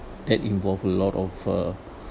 that involve a lot of uh